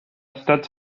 ystod